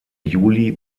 juli